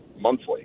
monthly